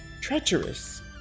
treacherous